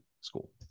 school